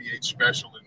special